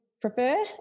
prefer